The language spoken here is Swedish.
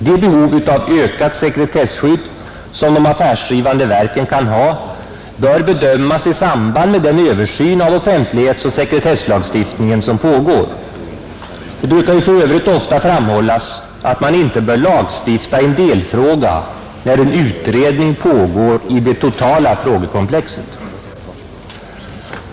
Det behov av ökat sekretesskydd som de affärsdrivande verken kan ha bör bedömas i samband med den översyn av offentlighetsoch sekretesslagstiftningen som pågår. Det brukar ju för övrigt ofta framhållas att man inte bör lagstifta i en delfråga när en utredning pågår om det totala frågekomplexet.